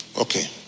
Okay